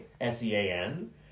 S-E-A-N